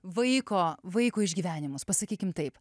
vaiko vaiko išgyvenimus pasakykim taip